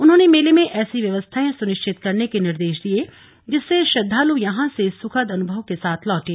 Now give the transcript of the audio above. उन्होंने मेले में ऐसी व्यवस्थाएं सुनिश्चित करने के निर्देश दिये जिससे श्रद्वालु यहां से सुखद अनुभव के साथ लौंटे